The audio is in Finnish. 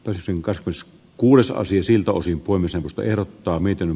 rinkan s kuudes aasinsilta osin puimisen pelottaa miten